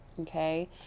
Okay